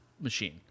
machine